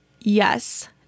yes